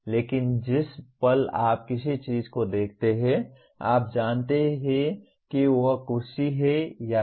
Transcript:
लेकिन जिस पल आप किसी चीज को देखते हैं आप जानते हैं कि वह कुर्सी है या नहीं